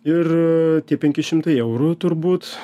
ir tie penki šimtai eurų turbūt